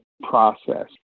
Process